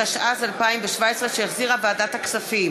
התשע"ז 2017, שהחזירה ועדת הכספים,